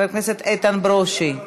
חבר הכנסת עמר בר-לב,